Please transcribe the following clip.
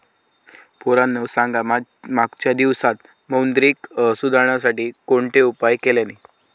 पोरांनो सांगा मागच्या दिवसांत मौद्रिक सुधारांसाठी कोणते उपाय केल्यानी?